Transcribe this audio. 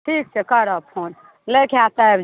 ठीक छै करब फोन लै के हैत तऽ आबि जाएब